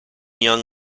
young